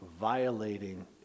violating